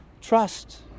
trust